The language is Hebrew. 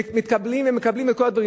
מתקבלים ומקבלים את כל הדברים.